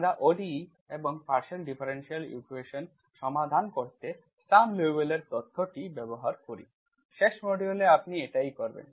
আমরা ODE এবং partial differential ইকুয়েশন্সগুলি সমাধান করতে Sturm Liouville এর তত্ত্বটি ব্যবহার করি শেষ মডিউলে আপনি এটিই করবেন